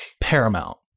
paramount